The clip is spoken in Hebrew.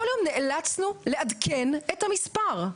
כל יום נאלצנו לעדכן את המספר.